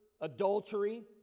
adultery